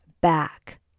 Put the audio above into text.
back